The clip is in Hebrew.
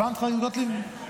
הבנת, חברת הכנסת גוטליב?